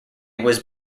was